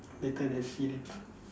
later then see later